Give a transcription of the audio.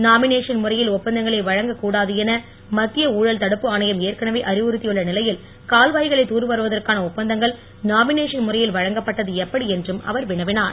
nomination முறையில் ஒப்பந்தங்களை வழங்கக் கூடாது என மத்திய ஊழல் தடுப்பு ஆணையம் ஏற்கனவே அறிவுறுத்தியுள்ள நிலையில் கால்வாய்களை தூர்வாருவதற்கான ஒப்பந்தங்கள் நாமினேஷன் முறையில் வழங்கப்பட்டது எப்படி என்றும் அவர் வினாவினார்